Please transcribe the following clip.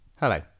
Hello